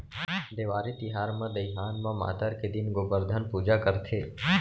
देवारी तिहार म दइहान म मातर के दिन गोबरधन पूजा करथे